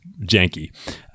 janky